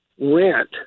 rent